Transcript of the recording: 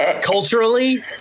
Culturally